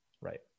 Right